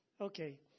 Okay